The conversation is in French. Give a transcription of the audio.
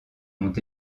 ont